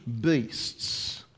beasts